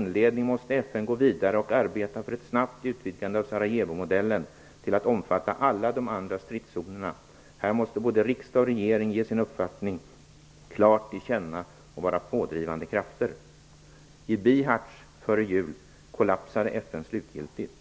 FN måste gå vidare och arbeta för ett snabbt utvidgande av Sarajevomodellen till att omfatta alla de andra stridszonerna. Här måste både riksdag och regering ge sin uppfattning klart till känna och vara pådrivande krafter. I Bihac före jul kollapsade FN slutgiltigt.